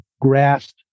grasped